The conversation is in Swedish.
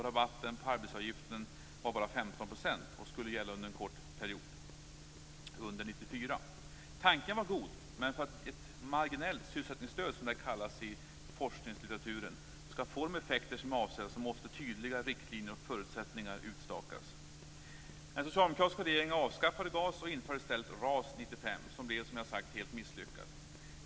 Rabatten på arbetsgivaravgiften var bara 15 % och skulle gälla under en kort period under Tanken var god men för att ett marginellt sysselsättningsstöd, som det kallas i forskningslitteraturen, skall få avsedda effekter måste tydliga riktlinjer och förutsättningar utstakas. GAS och införde i stället år 1995 RAS, vilket, som jag sagt, blev helt misslyckat.